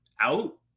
out